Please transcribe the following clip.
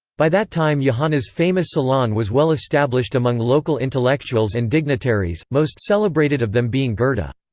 by that time johanna's famous salon was well established among local intellectuals and dignitaries, most celebrated of them being goethe. but